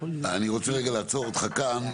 אני רוצה לעצור אותך כאן,